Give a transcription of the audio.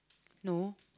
no